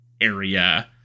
area